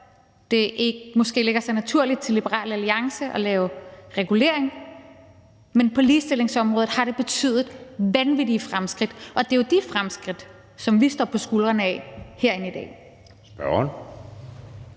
det måske ikke ligger så naturligt til Liberal Alliance at lave regulering, men på ligestillingsområdet har det betydet vanvittige fremskridt, og det er jo de fremskridt, som vi står på skuldrene af herinde i dag.